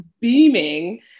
beaming